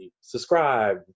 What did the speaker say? subscribe